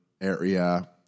area